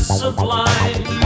sublime